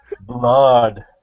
blood